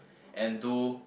and to